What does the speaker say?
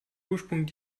ursprung